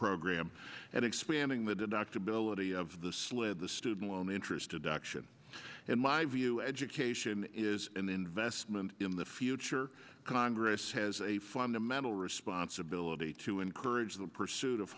program and expanding the deductibility of the slid the student loan interest deduction and my view education is an investment in the future congress has a fundamental responsibility to encourage the pursuit of